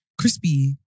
Crispy